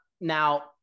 Now